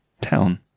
town